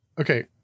Okay